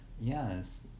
Yes